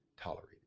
tolerated